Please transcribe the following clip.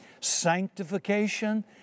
sanctification